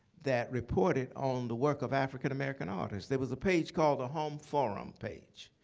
that reported on the work of african-american artists. there was a page called the home forum page.